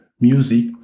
music